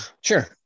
Sure